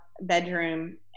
bedroom